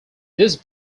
this